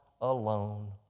alone